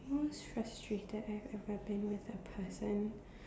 most frustrated I've ever been with a person